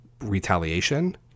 retaliation